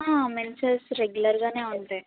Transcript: menses రెగ్యులర్గానే ఉంటయ్